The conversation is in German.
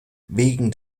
wegen